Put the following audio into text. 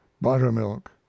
buttermilk